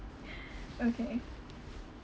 okay